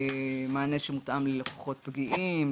מענה שמותאם ללקוחות פגיעים,